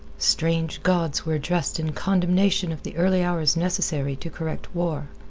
strange gods were addressed in condemnation of the early hours necessary to correct war.